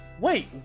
Wait